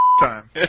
time